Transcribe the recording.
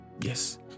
yes